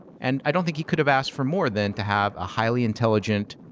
and i don't think he could have asked for more than to have a highly intelligent,